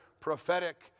prophetic